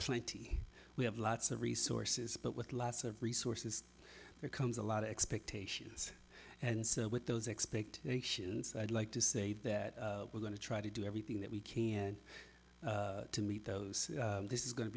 plenty we have lots of resources but with lots of resources there comes a lot of expectations and so with those expectations i'd like to say that we're going to try to do everything that we can to meet those this is going to